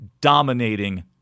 dominating